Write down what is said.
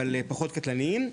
אבל פחות קטלניים,